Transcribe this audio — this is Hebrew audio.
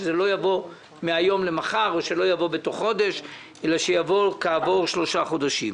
שזה לא יבוא מהיום למחר ושלא יבוא בתוך חודש אלא רק כעבור שלושה חודשים.